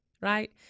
Right